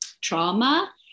trauma